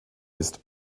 ist